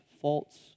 faults